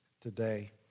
today